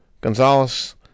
Gonzalez